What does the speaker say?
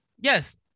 yes